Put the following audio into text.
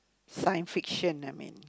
science fiction I mean